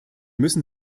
müssen